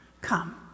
come